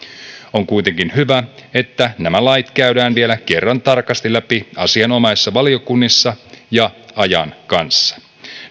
on kuitenkin hyvä että nämä lait käydään vielä kerran tarkasti läpi asianomaisissa valiokunnissa ja ajan kanssa